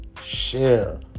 share